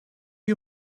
you